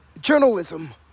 journalism